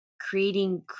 creating